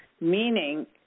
meaning